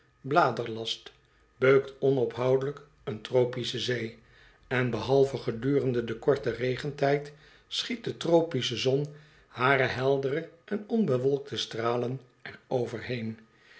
bladerenlast beukt onophoudelijk een tropische zee en behalve gedurende den korten regentijd schiet de tropische zon hare heldere en onbewolkte stralen